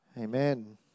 Amen